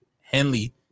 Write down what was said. Henley